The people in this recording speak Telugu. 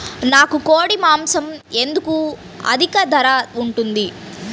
నాకు కోడి మాసం ఎందుకు అధిక ధర ఉంటుంది?